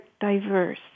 diverse